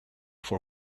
for